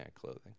clothing